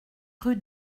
rue